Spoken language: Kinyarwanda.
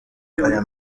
aya